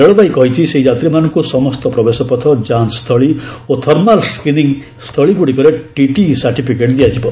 ରେଳବାଇ କହିଛି ସେହି ଯାତ୍ରୀମାନଙ୍କୁ ସମସ୍ତ ପ୍ରବେଶପଥ ଯାଞ୍ଚସ୍ଥଳୀ ଓ ଥର୍ମାଲ୍ ସ୍କ୍ରିନିଂ ସ୍ଥୁଳୀଗୁଡ଼ିକରେ ଟିଟିଇ ସାର୍ଟିଫିକେଟ୍ ଦିଆଯିବ